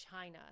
China